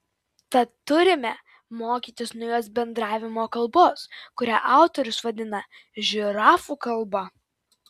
tad turime mokytis naujos bendravimo kalbos kurią autorius vadina žirafų kalba